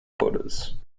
quotas